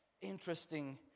interesting